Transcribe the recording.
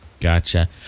Gotcha